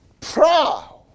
proud